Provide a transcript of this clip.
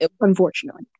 unfortunately